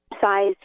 size